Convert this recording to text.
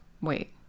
Wait